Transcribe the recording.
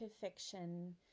fiction